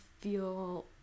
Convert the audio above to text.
feel